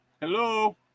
Hello